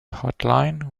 hotline